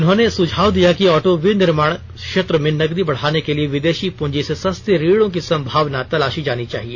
उन्होंने सुझाव दिया कि ऑटो विनिर्माण क्षेत्र में नकदी बढ़ाने के लिए विदेशी पूंजी से सस्ते ऋणों की सम्भावना तलाशी जानी चाहिए